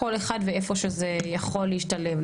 כל אחד ואיפה שזה יכול להשתלב.